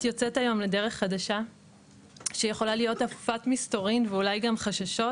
את יוצאת היום לדרך חדשה שיכולה להיות אפופת מסתורין ואולי גם חששות,